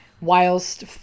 whilst